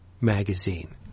magazine